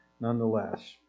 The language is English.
nonetheless